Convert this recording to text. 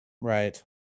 Right